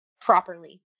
properly